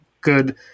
good